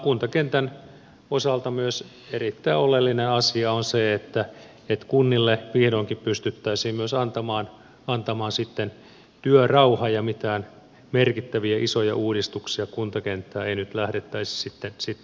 kuntakentän osalta erittäin oleellinen asia on se että kunnille vihdoinkin pystyttäisiin antamaan työrauha ja mitään merkittäviä isoja uudistuksia kuntakenttään ei nyt lähdettäisi tekemään